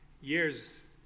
years